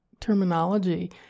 terminology